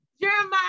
Jeremiah